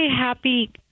Happy